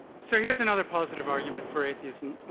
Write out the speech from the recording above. so here is another positive argument for atheism.